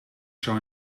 zou